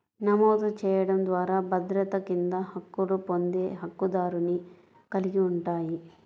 నమోదు చేయడం ద్వారా భద్రత కింద హక్కులు పొందే హక్కుదారుని కలిగి ఉంటాయి,